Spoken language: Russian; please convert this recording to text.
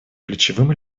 ключевым